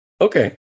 okay